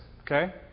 okay